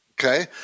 okay